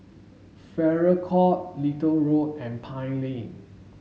Farrer Court Little Road and Pine Lane